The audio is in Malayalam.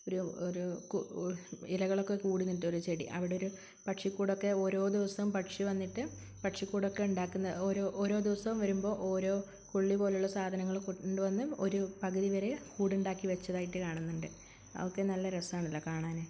ഒരു ഒരു ഇലകളൊക്കെ കൂടി നിന്നിട്ടൊരു ചെടി അവിടെയൊരു പക്ഷി കൂടൊക്കെ ഓരോ ദിവസവും പക്ഷി വന്നിട്ട് പക്ഷിക്കൂടൊക്കെ ഉണ്ടാക്കുന്ന ഓരോ ഓരോ ദിവസം വരുമ്പോള് ഓരോ കൊള്ളി പോലെയുള്ള സാധനങ്ങള് കൊണ്ടുവന്ന് ഒരു പകുതിവരെ കൂടുണ്ടാക്കി വെച്ചതായിട്ട് കാണുന്നുണ്ട് അതൊക്കെ നല്ല രസമാണല്ലോ കാണാന്